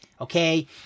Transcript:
okay